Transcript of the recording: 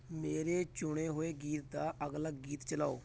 ਮੇਰੇ ਚੁਣੇ ਹੋਏ ਗੀਤ ਦਾ ਅਗਲਾ ਗੀਤ ਚਲਾਓ